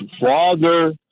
father